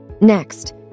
Next